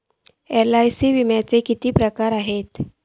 LIC विम्याचे किती प्रकार आसत?